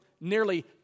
Nearly